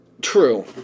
True